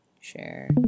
share